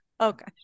Okay